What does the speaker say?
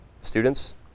Students